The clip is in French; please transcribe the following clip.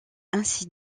ainsi